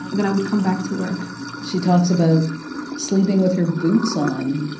then i would come back to work she talks about sleeping with her boots on.